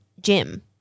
gym